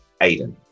Aiden